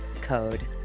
code